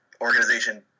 organization